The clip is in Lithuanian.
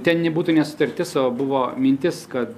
ten nebūtų ne sutartis o buvo mintis kad